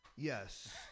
Yes